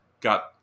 got